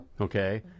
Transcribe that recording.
okay